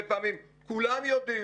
ואני שומע כל כך הרבה פעמים כולם יודעים,